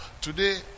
Today